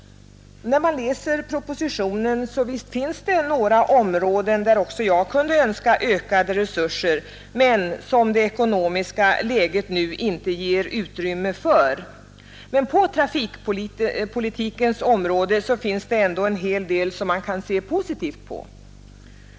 När jag läser propositionen finner också jag några områden där jag kunde önska ökade resurser, som emellertid det ekonomiska läget nu inte ger utrymme för. Men på trafikpolitikens område finns ändå en hel del som man kan se positivt på.